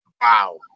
Wow